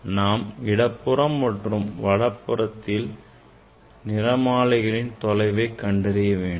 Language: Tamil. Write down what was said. நாம் இடப்புறம் மற்றும் வலப்புறத்தில் நிறமாலைகளின் தொலைவை கண்டறிய வேண்டும்